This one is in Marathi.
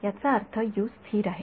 याचा अर्थ स्थिर आहे